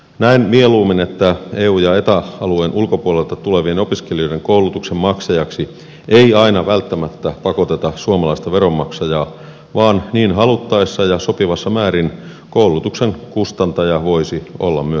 näen mieluummin että eu ja eta alueen ulkopuolelta tulevien opiskelijoiden koulutuksen maksajaksi ei aina välttämättä pakoteta suomalaista veronmaksajaa vaan niin haluttaessa ja sopivassa määrin koulutuksen kustantaja voisi olla myös sen saaja